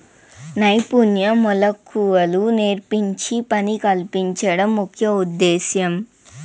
నైపుణ్య మెళకువలు నేర్పించి పని కల్పించడం ముఖ్య ఉద్దేశ్యం